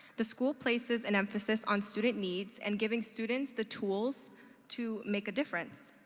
the school places an emphasis on student needs and giving students the tools to make a difference.